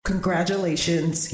Congratulations